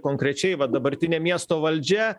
konkrečiai va dabartinė miesto valdžia